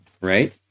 right